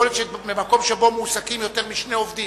יכול להיות שבמקום שבו מועסקים יותר משני עובדים.